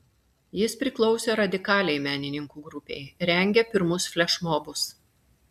jis priklausė radikaliai menininkų grupei rengė pirmus flešmobus